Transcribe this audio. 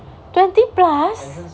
twenty plus